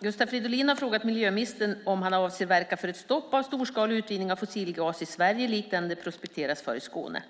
Gustav Fridolin har frågat miljöministern om han avser att verka för ett stopp av storskalig utvinning av fossilgas i Sverige, likt den det prospekteras för i Skåne